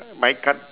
my card